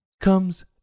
comes